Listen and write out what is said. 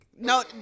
No